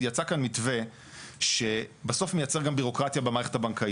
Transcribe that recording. יצא כאן מתווה שבסוף מייצר גם בירוקרטיה במערכת הבנקאית.